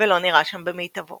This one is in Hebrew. ולא נראה שם במיטבו